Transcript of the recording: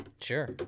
Sure